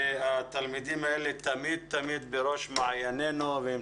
התלמידים האלה תמיד בראש מעייננו והם